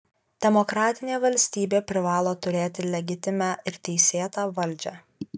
demokratinė valstybė privalo turėti legitimią ir teisėtą valdžią